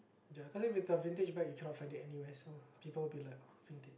ya cause then if the vintage bag you cannot find it anywhere so people will be like oh vintage